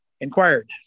inquired